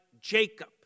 Jacob